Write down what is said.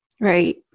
right